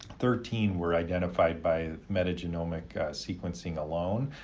thirteen were identified by metagenomic sequencing alone,